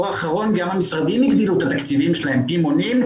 האחרון גם המשרדים הגדילו את התקציבים שלהם פי מונים,